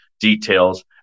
details